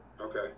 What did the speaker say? okay